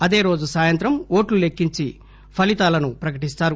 అదేరోజు సాయంత్రం ఓట్లు లెక్కించి ఫలితాలు ప్రకటిస్తారు